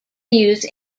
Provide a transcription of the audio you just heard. use